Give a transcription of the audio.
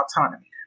autonomy